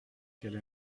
qu’elle